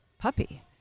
puppy